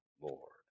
Lord